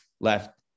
left